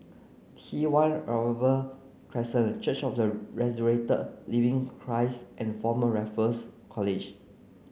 T one Crescent Church of the Resurrected Living Christ and Former Raffles College